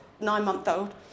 nine-month-old